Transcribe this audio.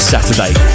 Saturday